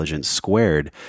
squared